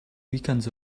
weekends